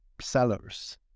sellers